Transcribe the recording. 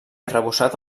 arrebossat